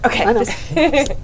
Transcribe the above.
Okay